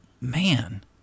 man